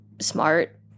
smart